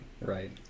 Right